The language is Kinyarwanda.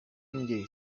njye